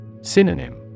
Synonym